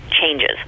changes